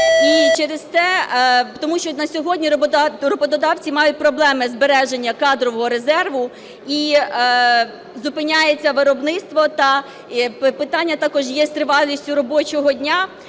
І через те… Тому що на сьогодні роботодавці мають проблеми збереження кадрового резерву. І зупиняється виробництво. Та питання також є з тривалістю робочого дня.